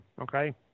Okay